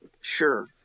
Sure